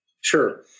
Sure